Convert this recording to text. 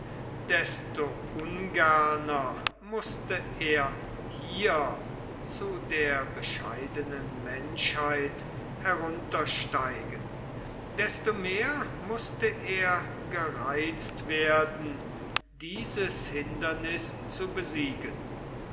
desto ungerner mußte er hier zu der bescheidenen menschheit heruntersteigen desto mehr mußte er gereizt werden dieses hinderniß zu besiegen